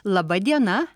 laba diena